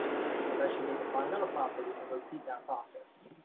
and eventually, they can buy another property and repeat that process.